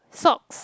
socks